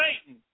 Satan